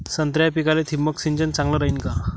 संत्र्याच्या पिकाले थिंबक सिंचन चांगलं रायीन का?